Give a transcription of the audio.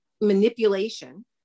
manipulation